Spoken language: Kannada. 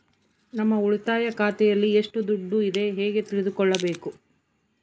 ನಮ್ಮ ಉಳಿತಾಯ ಖಾತೆಯಲ್ಲಿ ಎಷ್ಟು ದುಡ್ಡು ಇದೆ ಹೇಗೆ ತಿಳಿದುಕೊಳ್ಳಬೇಕು?